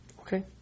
Okay